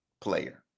player